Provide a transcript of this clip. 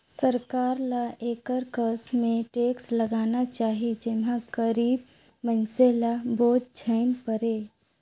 सरकार ल एकर कस में टेक्स लगाना चाही जेम्हां गरीब मइनसे ल बोझ झेइन परे